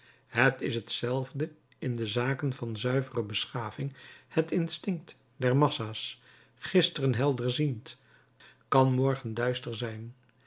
het is hetzelfde in de zaken van zuivere beschaving het instinct der massa's gisteren helderziend kan morgen duister zijn